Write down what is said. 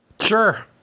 Sure